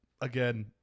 again